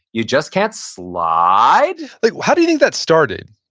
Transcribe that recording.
you just can't slide like how do you think that started?